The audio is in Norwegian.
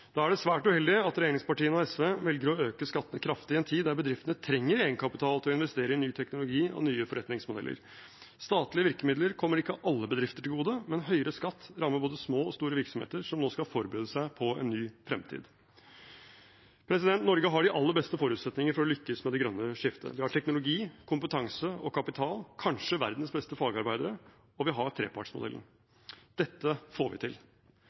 Da er det svært uheldig at regjeringspartiene og SV velger å øke skattene kraftig i en tid da bedriftene trenger egenkapital for å investere i ny teknologi og nye forretningsmodeller. Statlige virkemidler kommer ikke alle bedrifter til gode, men høyere skatt rammer både små og store virksomheter som nå skal forberede seg på en ny fremtid. Norge har de aller beste forutsetninger for å lykkes med det grønne skiftet. Vi har teknologi, kompetanse og kapital, kanskje verdens beste fagarbeidere, og vi har trepartsmodellen. Dette får vi til!